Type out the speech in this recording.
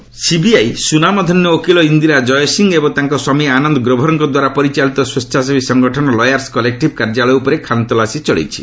CBI NGO CBI ସ୍ୱନାମଧନ୍ୟ ଓକିଲ ଇନ୍ଦିରା ଜୟସିଂ ଏବଂ ତାଙ୍କ ସ୍ୱାମୀ ଆନନ୍ଦ ଗ୍ରୋଭର୍ଙ୍କ ଦ୍ୱାରା ପରିଚାଳିତ ସ୍ୱେଚ୍ଛାସେବୀ ସଂଗଠନ ଲୟାର୍ସ କଲେକ୍ଟିଭ୍ କାର୍ଯ୍ୟାଳୟ ଉପରେ ଖାନ୍ତଲାସି ଚଳାଇଛି